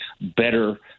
better